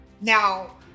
Now